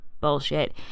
bullshit